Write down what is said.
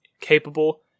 capable